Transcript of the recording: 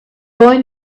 boy